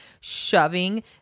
shoving